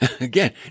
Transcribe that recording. Again